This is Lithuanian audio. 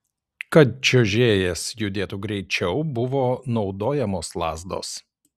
kad čiuožėjas judėtų greičiau buvo naudojamos lazdos